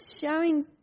showing